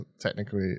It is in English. technically